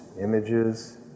images